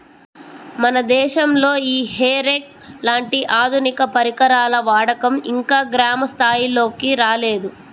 మన దేశంలో ఈ హే రేక్ లాంటి ఆధునిక పరికరాల వాడకం ఇంకా గ్రామ స్థాయిల్లోకి రాలేదు